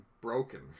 broken